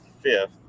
fifth